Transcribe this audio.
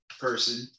person